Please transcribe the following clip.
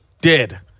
dead